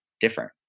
different